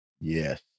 Yes